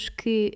que